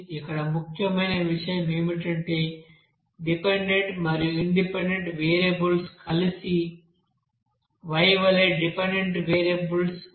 ఇక్కడ ముఖ్యమైన విషయం ఏమిటంటే డిపెండెంట్ మరియు ఇండిపెండెంట్ వేరియబుల్స్ కలిపి Y వలె డిపెండెంట్ వేరియబుల్ ఒకదాన్ని ఏర్పరుస్తాయి